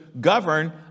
govern